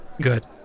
Good